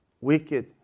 wicked